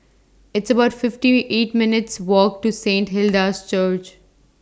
It's about fifty eight minutes' Walk to Saint Hilda's Church